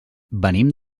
venim